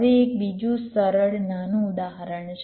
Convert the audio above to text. હવે એક બીજું સરળ નાનું ઉદાહરણ છે